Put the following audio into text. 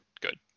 good